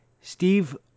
Steve